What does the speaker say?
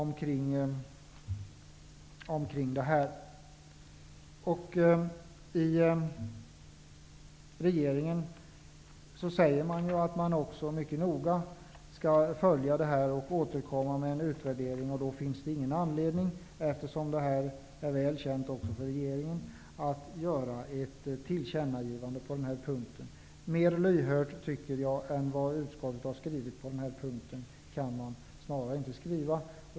Från regeringen säger man också att man nu mycket noga skall följa ärendet och återkomma med en utvärdering. Då finns det ingen anledning, eftersom detta är väl känt också för regeringen, att göra ett tillkännagivande på denna punkt. Mer lyhörd än vad utskottet har varit på denna punkt kan man knappast vara.